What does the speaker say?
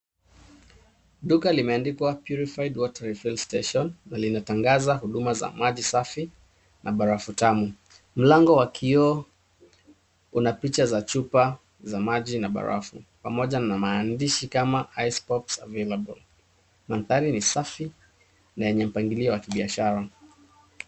Duka limeandikwa purified water refil station . Linatangaza huduma za maji safi na barafu tamu. Mlango wa kioo una picha za maji ya chupa na barafu pamoja na maandishi kama icepops available . MAndhari ni safi na yenye mapangilio wa kibiashara.